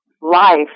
life